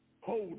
hold